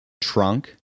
trunk